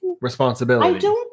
responsibility